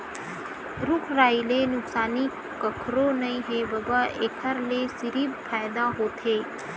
रूख राई ले नुकसानी कखरो नइ हे बबा, एखर ले सिरिफ फायदा होथे